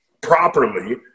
properly